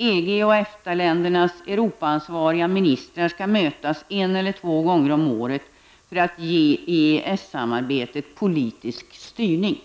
EG och EFTA-ländernas Europaansvariga ministrar skall mötas en eller två gånger om året för att ge EES-samarbetet politisk styrning.